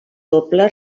doble